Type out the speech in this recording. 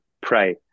pray